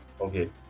okay